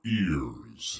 ears